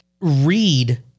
read